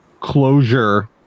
closure